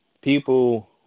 people